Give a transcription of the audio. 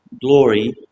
glory